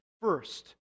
first